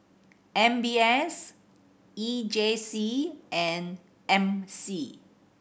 M B S E J C and M C